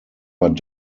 but